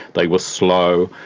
they were slow.